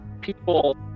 people